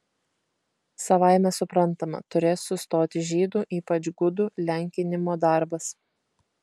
savaime suprantama turės sustoti žydų ypač gudų lenkinimo darbas